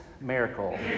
Miracle